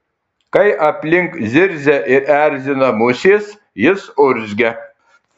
kai aplink zirzia ir erzina musės jis urzgia